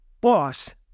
Boss